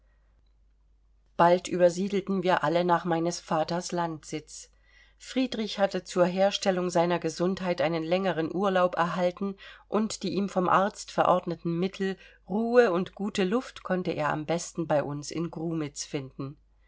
bald übersiedelten wir alle nach meines vaters landsitz friedrich hatte zur herstellung seiner gesundheit einen längeren urlaub erhalten und die ihm vom arzt verordneten mittel ruhe und gute luft konnte er am besten bei uns in grumitz finden